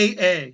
AA